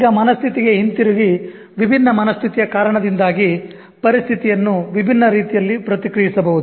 ಈಗ ಮನಸ್ಥಿತಿಗೆ ಹಿಂತಿರುಗಿ ವಿಭಿನ್ನ ಮನಸ್ಥಿತಿಯ ಕಾರಣದಿಂದಾಗಿ ಪರಿಸ್ಥಿತಿಯನ್ನು ವಿಭಿನ್ನ ರೀತಿಯಲ್ಲಿ ಪ್ರತಿಕ್ರಿಯಿಸಬಹುದು